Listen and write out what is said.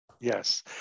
Yes